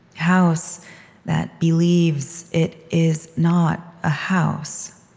house that believes it is not a house.